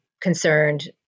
concerned